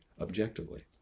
objectively